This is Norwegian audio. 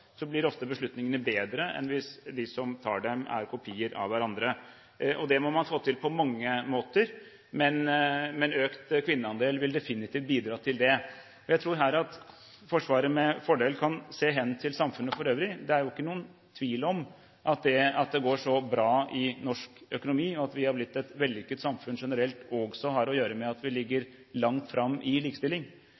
blir ofte beslutningene bedre enn hvis de som tar dem, er kopier av hverandre. Dette må man få til på mange måter, men økt kvinneandel vil definitivt bidra til det. Jeg tror at Forsvaret her med fordel kan se hen til samfunnet for øvrig. Det er ikke noen tvil om at det at det går så bra i norsk økonomi, og det at vi har blitt et vellykket samfunn generelt, også har å gjøre med at vi ligger